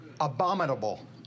abominable